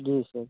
जी sir